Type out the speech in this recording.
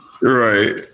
Right